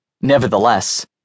Nevertheless